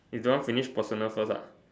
you don't want finish personal first ah